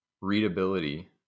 readability